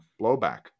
blowback